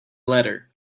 letter